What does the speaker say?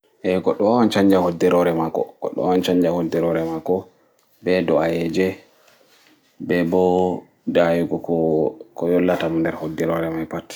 Eeh goɗɗo wawan canja hoɗɗiroore mako ɓe ɗuaje ɓe ɓo ɗayigo ko yolla ta mon nɗe hoɗɗiroore man pat